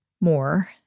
more